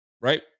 right